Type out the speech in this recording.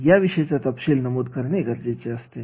याविषयीचा तपशील नमूद करणे गरजेचे असते